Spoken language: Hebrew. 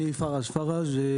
אני פרג' פראג',